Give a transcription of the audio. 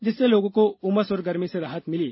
जिससे लोगों को उमस और गर्मी से राहत मिली